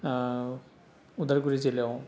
उदालगुरि जिल्लायाव